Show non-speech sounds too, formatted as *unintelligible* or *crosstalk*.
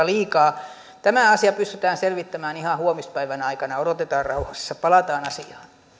*unintelligible* liikaa tämä asia pystytään selvittämään ihan huomispäivän aikana odotetaan rauhassa palataan asiaan